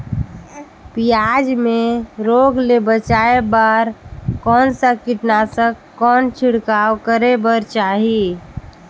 पियाज मे रोग ले बचाय बार कौन सा कीटनाशक कौन छिड़काव करे बर चाही?